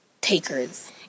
takers